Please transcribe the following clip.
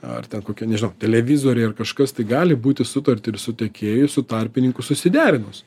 ar ten kokie nežinau televizoriai ar kažkas tai gali būti sutarti ir su tiekėju su tarpininku susiderinus